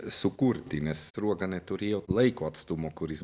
sukurti nes sruoga neturėjo laiko atstumo kuris